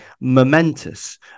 momentous